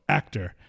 actor